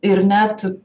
ir net